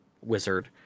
wizard